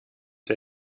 der